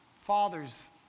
fathers